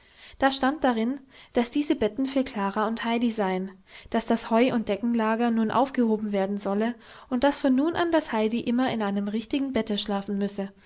da stand darin daß diese betten für klara und heidi seien daß das heuund deckenlager nun aufgehoben werden solle und daß von nun an das heidi immer in einem richtigen bette schlafen müsse